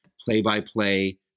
play-by-play